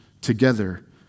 together